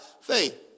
faith